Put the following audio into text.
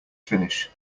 finish